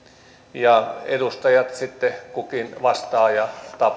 ja edustajat sitten kukin vastaavat ja